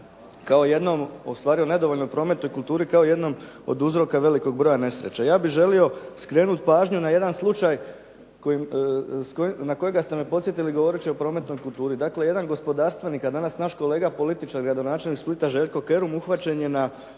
kao jednom od uzroka velikog broja nesreća. Ja bih želio skrenuti pažnju na jedan slučaj na kojega ste me podsjetili govoreći o prometnoj kulturi. Dakle, jedan gospodarstvenik, a danas naš kolega političar, gradonačelnik Splita, Željko Kerum uhvaćen je na